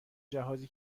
جهازی